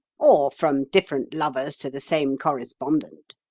or from different lovers to the same correspondent,